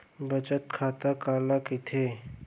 बचत खाता काला कहिथे?